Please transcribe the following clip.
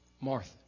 Martha